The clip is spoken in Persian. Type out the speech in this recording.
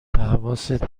حواست